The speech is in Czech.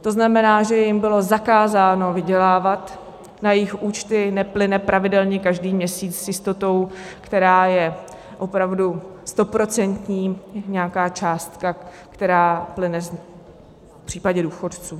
To znamená, že jim bylo zakázáno vydělávat, na jejich účty neplyne pravidelně každý měsíc s jistotou, která je opravdu stoprocentní, nějaká částka, která plyne v případě důchodců.